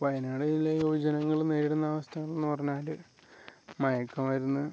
വയനാട് ജില്ലയിൽ യുവജനങ്ങൾ നേരിടുന്ന അവസ്ഥ എന്നു പറഞ്ഞാൽ മയക്കുമരുന്ന്